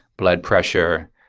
blood pressure,